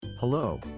Hello